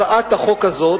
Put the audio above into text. הצעת החוק הזאת,